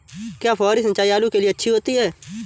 क्या फुहारी सिंचाई आलू के लिए अच्छी होती है?